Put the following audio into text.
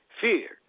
Fear